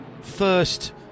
first